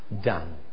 done